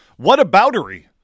whataboutery